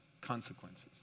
consequences